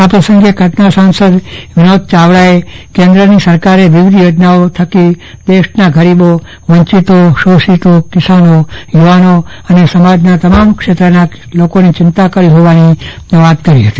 આ પ્રસંગે કચ્છના સાંસદ વિનોદ યાવડાએ કેન્દ્રની સરકારે વિવિધ યોજનાઓ થકા દેશના ગરીબો વંચીતો શોષિતો કિસાનો યુવાનો અને સમાજના તમામ ક્ષેત્રના લોકોની ચિંતા કરી હોવાની વાત કરી હતી